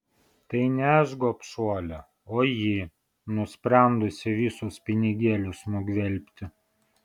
tai ne aš gobšuolė o ji nusprendusi visus pinigėlius nugvelbti